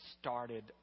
started